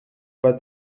pas